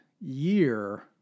year